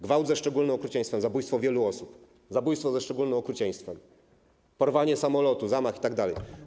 Gwałt ze szczególnym okrucieństwem, zabójstwo wielu osób, zabójstwo ze szczególnym okrucieństwem, porwanie samolotu, zamach itd.